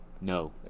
no